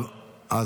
לא.